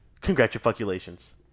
congratulations